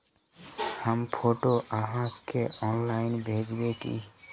हम फोटो आहाँ के ऑनलाइन भेजबे की?